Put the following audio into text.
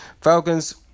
Falcons